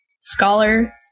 scholar